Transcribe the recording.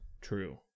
True